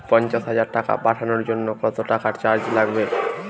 পণ্চাশ হাজার টাকা পাঠানোর জন্য কত টাকা চার্জ লাগবে?